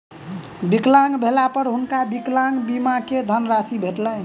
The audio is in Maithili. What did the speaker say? विकलांग भेला पर हुनका विकलांग बीमा के धनराशि भेटलैन